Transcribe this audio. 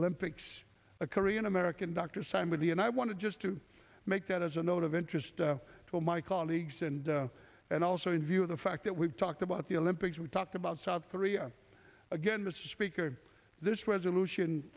olympics a korean american doctor signed with the and i want to just to make that as a note of interest to my colleagues and and also in view of the fact that we've talked about the olympics we talked about south korea again the speaker this resolution